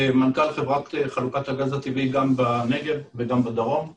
בניגוד לחוק ומדלגים מעל הראש שלנו.